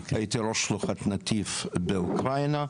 הייתי ראש שלוחת "נתיב" באוקראינה.